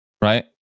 right